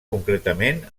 concretament